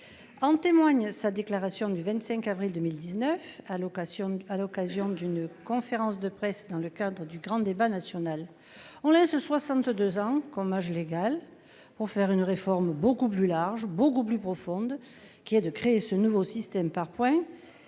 En témoigne, cela dit. La ration du 25 avril 2019 à l'occasion, à l'occasion d'une conférence de presse dans le cadre du grand débat national. On laisse 62 ans comme âge légal pour faire une réforme beaucoup plus large, beaucoup plus profonde qui est de créer ce nouveau système par points.